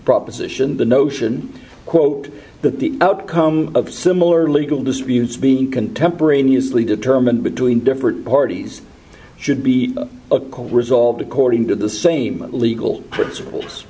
proposition the notion quote that the outcome of similar legal disputes being contemporaneously determined between different parties should be a code resolved according to the same legal princip